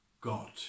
God